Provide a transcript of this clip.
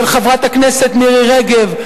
של חברת הכנסת מירי רגב.